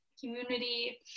community